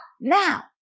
now